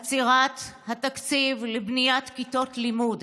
עצירת התקציב לבניית כיתות לימוד.